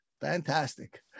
fantastic